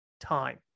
time